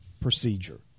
procedure